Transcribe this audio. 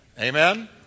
amen